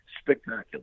spectacular